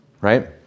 right